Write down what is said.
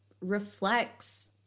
reflects